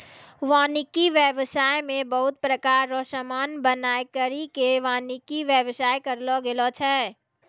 वानिकी व्याबसाय मे बहुत प्रकार रो समान बनाय करि के वानिकी व्याबसाय करलो गेलो छै